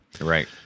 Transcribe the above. right